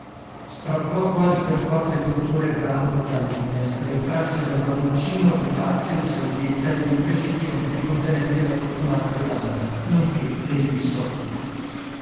strappò quasi per forza il dottore e brandok dalle finestre e trasse dal vagoncino le tazze la salvietta ed il recipiente contenente la profumata bevanda nonché dei biscotti